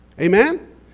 Amen